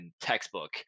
textbook